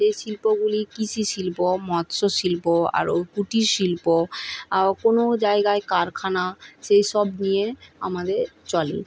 সেই শিল্পগুলি কৃষি শিল্প মৎস্য শিল্প আরও কুটির শিল্প আরও কোনো জায়গায় কারখানা সেই সব নিয়ে আমাদের চলে